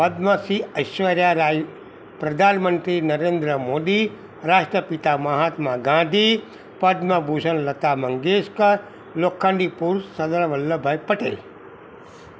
પદ્મશ્રી ઐશ્વર્યા રાય પ્રધાન મંત્રી નરેન્દ્ર મોદી રાષ્ટ્ર પિતા મહાત્મા ગાંધી પદ્મ ભૂષણ લતા મંગેશકર લોખંડી પુરુષ સરદાર વલ્લભ ભાઈ પટેલ